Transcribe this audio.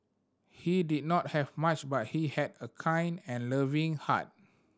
he did not have much but he had a kind and loving heart